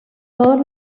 todos